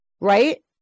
right